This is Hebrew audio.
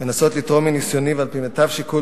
ולנסות לתרום מניסיוני ועל-פי מיטב שיקול